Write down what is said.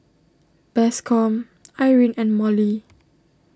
Bascom Irene and Mollie